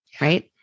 Right